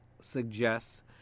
suggests